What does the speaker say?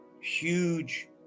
huge